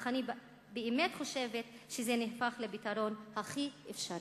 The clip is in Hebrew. אך אני באמת חושבת שזה נהפך לפתרון הכי אפשרי.